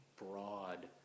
broad